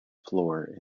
floor